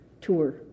tour